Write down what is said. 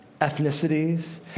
ethnicities